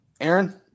Aaron